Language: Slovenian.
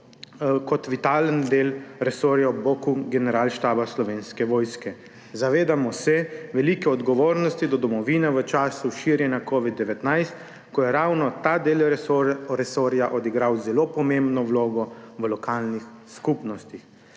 kot vitalen del resorja ob boku Generalštaba Slovenske vojske. Zavedamo se velike odgovornosti do domovine v času širjenja covida-19, ko je ravno ta del resorja odigral zelo pomembno vlogo v lokalnih skupnostih.